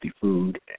food